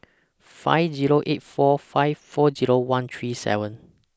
five Zero eight four five four Zero one three seven